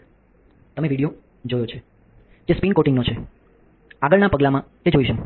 હવે તમે વિડિઓ જોયું છે જે સ્પિન કોટિંગ નો છે આગળના પગલામાં તે જોઈશું